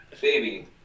Baby